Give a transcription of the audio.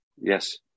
Yes